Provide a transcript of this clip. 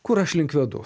kur aš link vedu